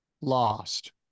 lost